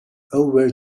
over